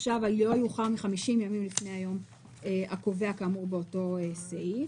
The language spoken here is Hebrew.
יאוחר מ-50 ימים לפני היום הקבוע" כאמור באותו סעיף.